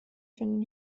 finden